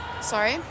Sorry